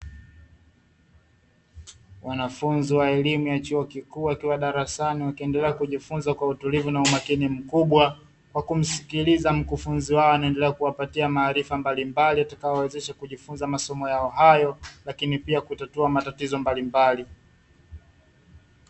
Wanafunzi wa elimu ya chuo kikuu wakiwa darasani, wakiendelea kujifunza kwa utulivu na umakini mkubwa kwa kumsikiliza mkufunzi wao, anayeendelea kuwapatia maarifa mbalimbali, yatakayowawezesha kujifunza masomo yao hayo lakini pia kutatua matatizo mbalimbali.